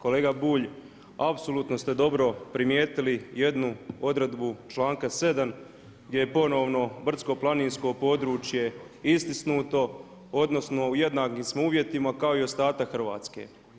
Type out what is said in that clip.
Kolega Bulj, apsolutno ste dobro primijetili jednu odredbu članka 7. gdje je ponovno brdsko-planinsko područje istisnuto odnosno u jednakim smo uvjetima kao i ostatak Hrvatske.